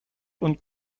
und